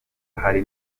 hari